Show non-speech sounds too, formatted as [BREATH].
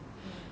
[BREATH]